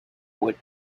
would